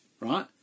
right